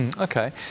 Okay